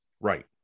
Right